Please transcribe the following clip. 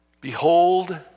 behold